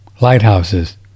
lighthouses